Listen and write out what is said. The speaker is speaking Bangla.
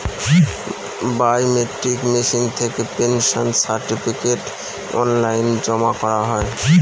বায়মেট্রিক মেশিন থেকে পেনশন সার্টিফিকেট অনলাইন জমা করা হয়